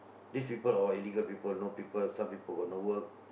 these people all illegal people you know people some people got no work